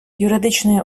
юридичною